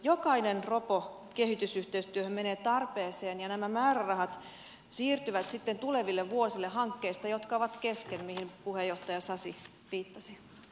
jokainen ropo kehitysyhteistyöhön menee tarpeeseen ja nämä määrärahat siirtyvät sitten tuleville vuosille hankkeista jotka ovat kesken mihin puheenjohtaja sasi viittasi